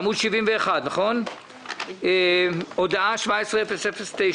בעמוד 71, הודעה 17-009